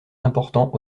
important